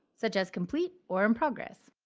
such as complete or in progress.